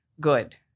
good